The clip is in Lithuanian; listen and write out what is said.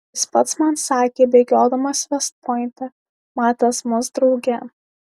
jis pats man sakė bėgiodamas vest pointe matęs mus drauge